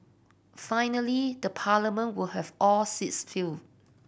finally the Parliament will have all seats filled